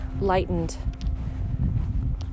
lightened